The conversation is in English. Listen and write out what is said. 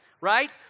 right